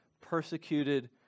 persecuted